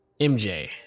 MJ